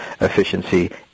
efficiency